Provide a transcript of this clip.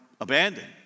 abandoned